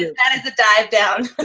is, that is a dive down.